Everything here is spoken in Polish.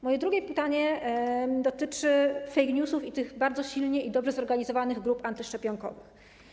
Moje drugie pytanie dotyczy fake newsów i bardzo silnie, dobrze zorganizowanych grup antyszczepionkowych.